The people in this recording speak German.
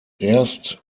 erst